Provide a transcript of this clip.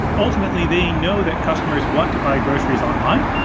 ultimately, they know that customers want to buy groceries online,